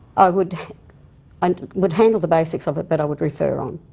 i would and would handle the basics of it, but i would refer on.